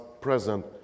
present